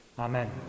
Amen